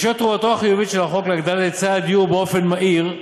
בשל תרומתו החיובית של החוק להגדלת היצע הדיור באופן מהיר,